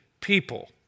people